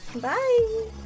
Bye